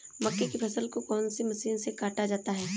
मक्के की फसल को कौन सी मशीन से काटा जाता है?